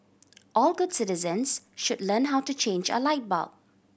all good citizens should learn how to change a light bulb